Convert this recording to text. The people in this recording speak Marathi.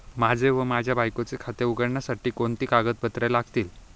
माझे व माझ्या बायकोचे खाते उघडण्यासाठी कोणती कागदपत्रे लागतील?